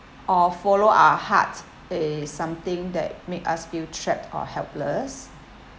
or follow our heart it's something that make us feel trapped or helpless